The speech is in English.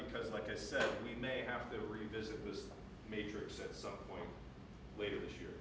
because like i said we may have to revisit was majoras at some point later this year